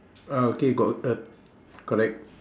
ah okay got a correct